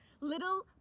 little